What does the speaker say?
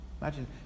imagine